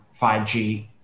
5G